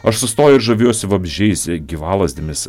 aš sustoju ir žaviuosi vabzdžiais gyvalazdėmis